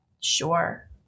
Sure